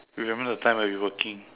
remember the time where we working